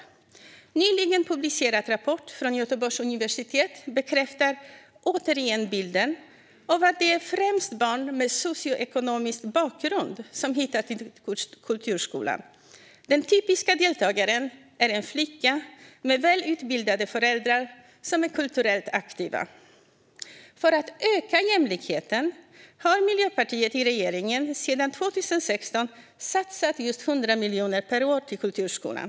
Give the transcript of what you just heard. En nyligen publicerad rapport från Göteborgs universitet bekräftar återigen bilden att det främst är barn med socioekonomiskt gynnsam bakgrund som hittar till kulturskolan. Den typiska deltagaren är en flicka med välutbildade föräldrar som är kulturellt aktiva. För att öka jämlikheten har Miljöpartiet i regeringsställning sedan 2016 satsat 100 miljoner per år på kulturskolan.